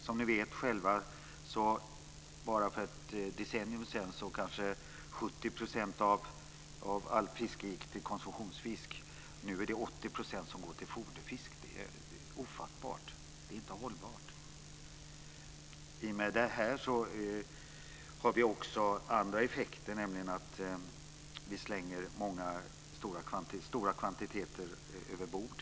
Som ni vet själva var för bara ett decennium sedan kanske 70 % av allt fiske konsumtionsfisk. Nu är det 80 % som används som foderfisk. Det är ofattbart. Det är inte hållbart. I och med detta har vi också andra effekter. Vi slänger stora kvantiteter bifångst över bord.